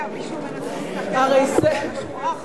מי שירצה להפוך את הכנסת לקרקס, אני אהפוך אותו